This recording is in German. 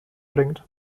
bringt